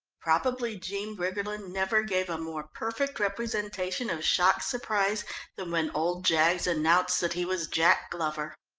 probably jean briggerland never gave a more perfect representation of shocked surprise than when old jaggs announced that he was jack glover.